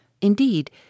Indeed